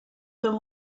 the